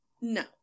No